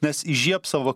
nes įžiebs savo